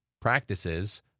practices